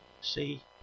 See